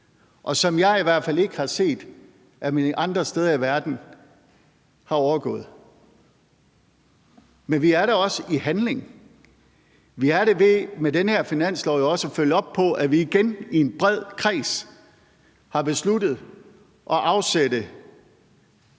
og som jeg i hvert fald ikke har set at man andre steder i verden har overgået. Men vi er det også i handling. Vi er det jo, ved at vi med den her finanslov følger op på, at vi igen i en bred kreds har besluttet at afsætte